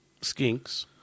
skinks